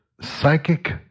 psychic